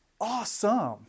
awesome